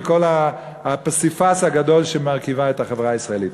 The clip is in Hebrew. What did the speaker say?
וכל הפסיפס הגדול שמרכיב את החברה הישראלית.